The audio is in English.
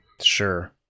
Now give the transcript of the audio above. Sure